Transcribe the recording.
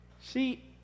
See